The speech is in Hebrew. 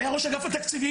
היה ראש אגף התקציבים,